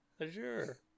Azure